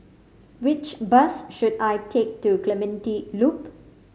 which bus should I take to Clementi Loop